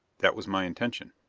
that was my intention.